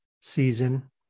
season